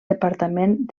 departament